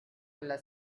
alla